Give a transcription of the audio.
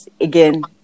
Again